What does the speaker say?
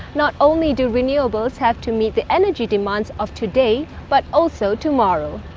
not only do renewables have to meet the energy demands of today, but also tomorrow.